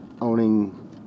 owning